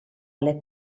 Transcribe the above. alle